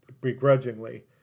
begrudgingly